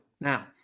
Now